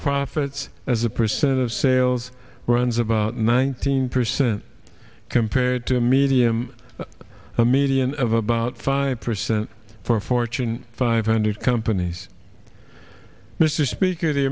profits as a percent of sales runs about nineteen percent compared to medium a median of about five percent for a fortune five hundred companies mr speaker the